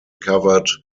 covered